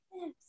Yes